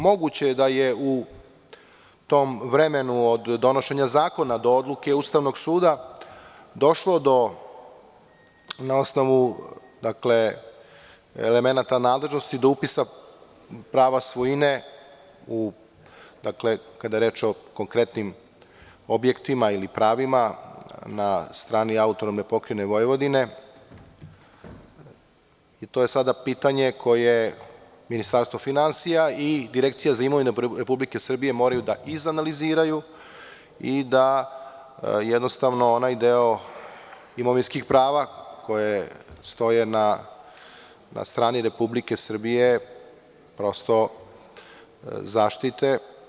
Moguće je da je u tom vremenu od donošenja zakona do odluke Ustavnog suda došlo do na osnovu, dakle, elemenata nadležnosti do upisa prava svojine, dakle, kada je reč o konkretnim objektima ili pravima na strani AP Vojvodine i to je sada pitanje koje Ministarstvo finansija i Direkcija za imovinu Republike Srbije moraju da izanaliziraju i da onaj deo imovinskih prava koje stoje na strani Republike Srbije zaštite.